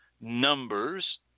numbers